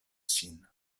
ŝin